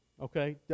okay